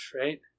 right